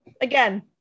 again